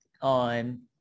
on